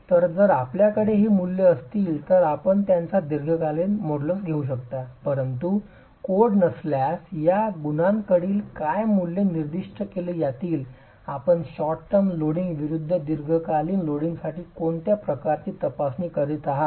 तर जर आपल्याकडे ही मूल्ये असतील तर आपण त्यांचा वापर दीर्घकालीन मॉड्यूलसवर येऊ शकता परंतु कोड नसल्यास या गुणांकांसाठी काय मूल्ये निर्दिष्ट केली जातील आपण शॉर्ट टर्म लोडिंग विरूद्ध दीर्घकालीन लोडिंगसाठी कोणत्या प्रकारची तपासणी करीत आहात